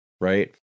right